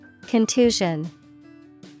Contusion